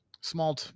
small